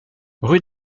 rue